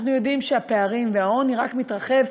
אנחנו יודעים שהפערים והעוני רק מתרחבים,